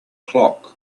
clock